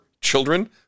children